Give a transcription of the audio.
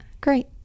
great